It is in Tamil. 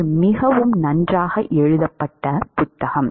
இது மிகவும் நன்றாக எழுதப்பட்ட புத்தகம்